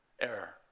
error